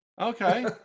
Okay